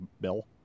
Bill